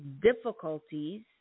difficulties